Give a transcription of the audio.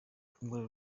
rwego